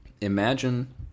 imagine